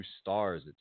stars